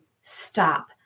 stop